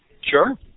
Sure